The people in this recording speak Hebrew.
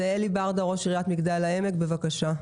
אלי ברדה, ראש עיריית מגדל העמק, בבקשה.